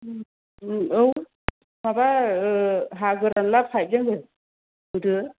उम औ माबा हा गोरानला पाइपजों होदो